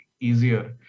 easier